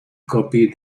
copy